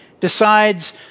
decides